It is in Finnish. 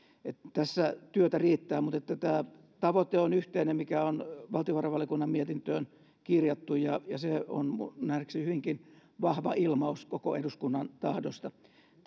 tässä työtä riittää mutta tämä tavoite on yhteinen mikä on valtiovarainvaliokunnan mietintöön kirjattu ja ja se on nähdäkseni hyvinkin vahva ilmaus koko eduskunnan tahdosta